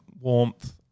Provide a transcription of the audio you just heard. warmth